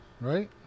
right